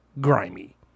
grimy